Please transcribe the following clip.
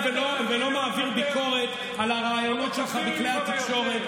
אני לא מדבר ולא מעביר ביקורת על הראיונות שלך בכלי התקשורת,